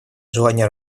желания